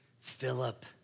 Philip